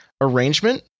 arrangement